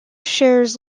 shares